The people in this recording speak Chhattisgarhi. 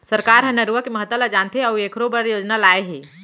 सरकार ह नरूवा के महता ल जानथे अउ एखरो बर योजना लाए हे